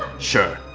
sure,